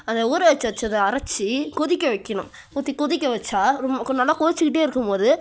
அதை ஊறவச்சு வைச்சத அரைச்சு கொதிக்க வைக்கணும் கொதிக்க வைச்சா நல்லா கொதிச்சுகிட்டே இருக்கும்போது